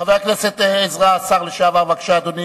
חבר הכנסת עזרא, השר לשעבר, בבקשה, אדוני.